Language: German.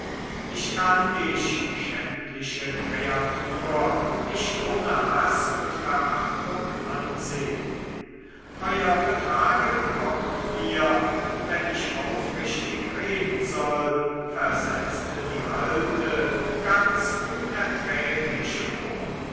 ich kann dich schändliche kreatur nicht ohne haß und verachtung ansehen euer betragen kommt mir wenn ich aufrichtig reden soll versetzte die alte ganz unerträglich vor